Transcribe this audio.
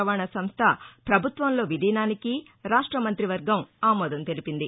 రవాణా సంస్థ పభుత్వంలో విలీనానికి రాష్ట మంత్రివర్గం ఆమోదం తెలిపింది